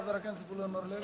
חבר הכנסת זבולון אורלב?